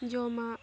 ᱡᱚᱢᱟᱜ